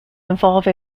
involve